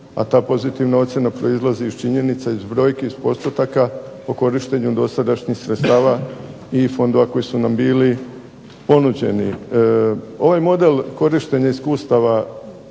a ta pozitivna ocjena proizlazi iz činjenica, iz brojki, iz postotaka o korištenju dosadašnjih sredstava i fondova koji su nam bili ponuđeni. Ovaj model korištenja iskustava